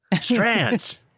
strands